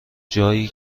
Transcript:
جایی